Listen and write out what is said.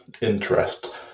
interest